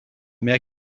mais